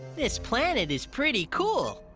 this planet is pretty cool.